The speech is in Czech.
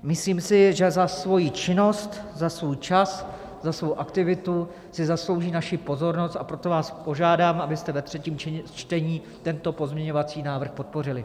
Myslím si, že za svoji činnost, za svůj čas, za svou aktivitu si zaslouží naši pozornost, a proto vás požádám, abyste ve třetím čtení tento pozměňovací návrh podpořili.